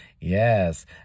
Yes